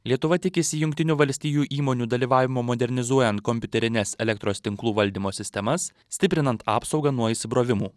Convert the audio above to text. lietuva tikisi jungtinių valstijų įmonių dalyvavimo modernizuojant kompiuterines elektros tinklų valdymo sistemas stiprinant apsaugą nuo įsibrovimų